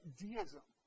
deism